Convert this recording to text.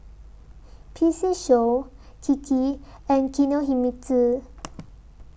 P C Show Kiki and Kinohimitsu